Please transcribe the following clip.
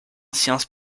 sciences